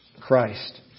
Christ